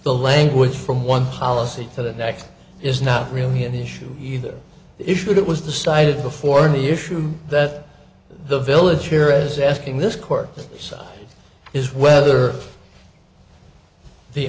the language from one policy to the next is not really an issue either issued it was decided before the issue that the village here as asking this court is whether the